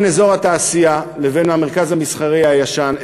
בין אזור התעשייה לבין המרכז המסחרי הישן,